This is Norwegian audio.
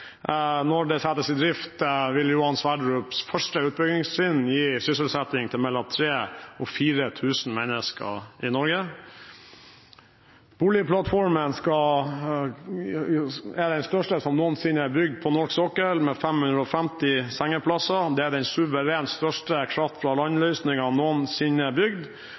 Når det settes i drift, vil Johan Sverdrups første utbyggingstrinn sysselsette mellom 3 000 og 4 000 mennesker i Norge. Oljeplattformen er den største som noensinne er bygd på norsk sokkel, med 550 sengeplasser. Det er den suverent største kraft-fra-land-løsningen som noensinne er bygd, og hver eneste dag fra